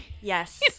yes